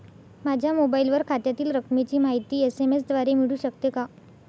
माझ्या मोबाईलवर खात्यातील रकमेची माहिती एस.एम.एस द्वारे मिळू शकते का?